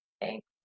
Thanks